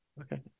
okay